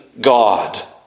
God